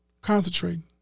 concentrating